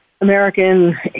American